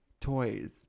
toys